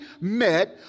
met